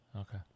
Okay